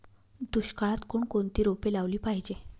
दुष्काळात कोणकोणती रोपे लावली पाहिजे?